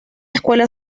escuela